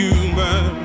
Human